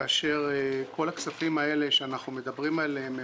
כאשר כל הכספים האלה שאנחנו מדברים עליהם,